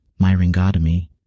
Myringotomy